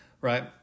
right